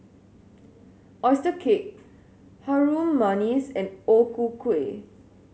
oyster cake Harum Manis and O Ku Kueh